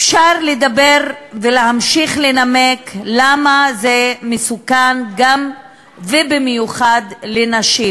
אפשר לדבר ולהמשיך לנמק למה זה מסוכן גם ובמיוחד לנשים.